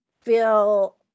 feel